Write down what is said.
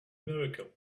miracle